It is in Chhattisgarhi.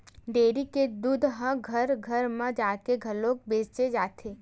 डेयरी के दूद ह घर घर म जाके घलो बेचे जाथे